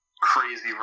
crazy